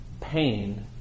pain